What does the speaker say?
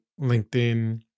LinkedIn